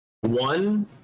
One